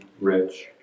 rich